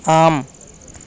आम्